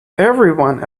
everyone